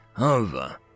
Over